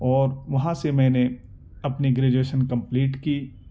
اور وہاں سے میں نے اپنی گریجویشن کمپلیٹ کی